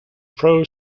pro